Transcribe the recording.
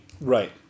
Right